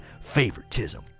favoritism